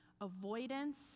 avoidance